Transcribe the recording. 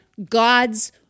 God's